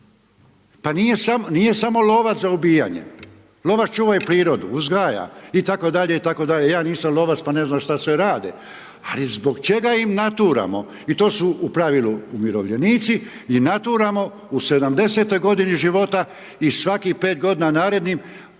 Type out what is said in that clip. Pa nije samo lovac za ubijanje, lovac čuva i prirodu, uzgaja itd. itd. Ja nisam lovac, pa ne znam šta sve rade, ali zbog čega im naturamo? I to su u pravilu umirovljenici i naturamo u 70-toj godini života i svaki pet godina narednih naturamo